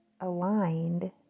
aligned